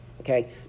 Okay